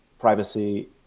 privacy